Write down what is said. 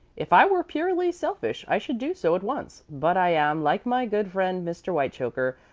if i were purely selfish i should do so at once, but i am, like my good friend mr. whitechoker,